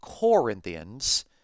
Corinthians